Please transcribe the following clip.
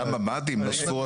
גם ממ"דים נוספו רק